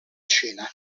cena